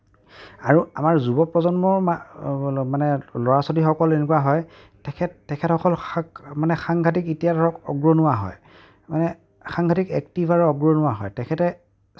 আৰু আমাৰ যুৱ প্ৰজন্মৰ মা মানে ল'ৰা ছোৱালীসকল এনেকুৱা হয় তেখেত তেখেতসকল সাক মানে সাংঘাটিক এতিয়া ধৰক আগৰণুৱা হয় মানে সাংঘাটিক এক্টিভ আৰু আগৰণুৱা হয় তেখেতে